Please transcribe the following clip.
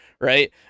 right